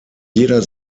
jeder